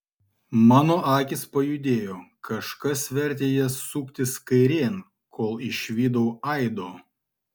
mano akys pajudėjo kažkas vertė jas suktis kairėn kol išvydau aido